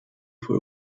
für